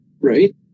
right